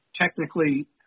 technically